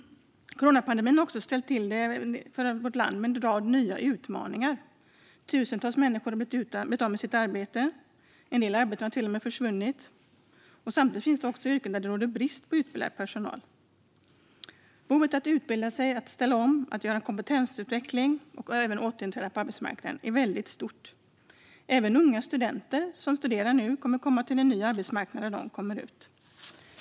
Coronapandemin har ställt vårt land inför en rad nya utmaningar. Tusentals människor har blivit av med sitt arbete. En del arbeten har till och med försvunnit. Samtidigt finns det yrken där det råder brist på utbildad personal. Behovet av att utbilda sig och ställa om och av kompetensutveckling för att kunna återinträda på arbetsmarknaden är väldigt stort. Även unga människor som studerar nu kommer att komma till en ny arbetsmarknad när de kommer ut.